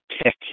pick